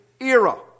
era